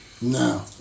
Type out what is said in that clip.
No